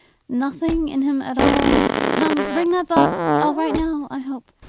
nothing in him at all. come! bring that box! all right now, i hope?